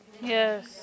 Yes